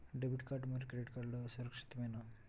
Debit card మరియు credit card సురక్షితమేనా?